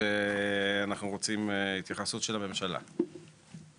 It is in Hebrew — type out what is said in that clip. שאנחנו רוצים התייחסות של הממשלה אליה.